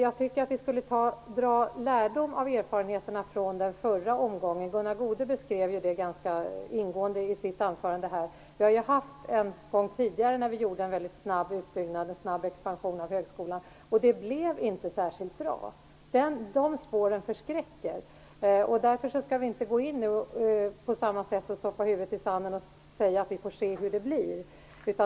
Jag tycker dock att vi borde dra lärdom av erfarenheterna från den förra omgången. Gunnar Goude beskrev dem ganska ingående i sitt anförande. Vi har ju en gång tidigare genomfört en väldigt snabb utbyggnad och expansion av högskolan, och det blev inte särskilt bra. De spåren förskräcker. Därför skall vi nu inte gå in på samma sätt, stoppa huvudet i sanden och säga att vi får se hur det blir.